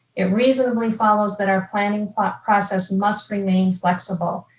it reasonably follows that our planning process must remain flexible.